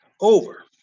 over